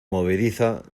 movediza